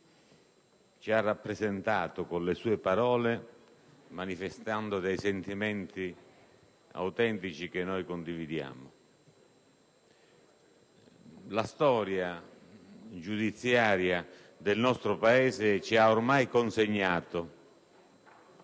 Ci ha rappresentato con le sue parole manifestando dei sentimenti autentici che noi condividiamo. La storia giudiziaria del nostro Paese ci ha ormai consegnato